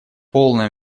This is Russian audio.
полное